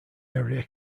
area